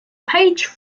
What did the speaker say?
page